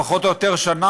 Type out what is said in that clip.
פחות או יותר שנה,